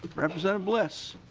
representative bliss